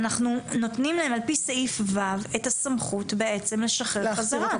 אנחנו נותנים להם על פי סעיף (ו) את הסמכות בעצם לשחרר אותם